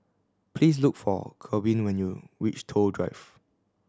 please look for Corbin when you reach Toh Drive